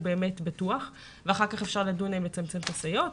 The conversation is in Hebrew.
באמת בטוח ואחר כך אפשר לדון האם לצמצם את הסייעות.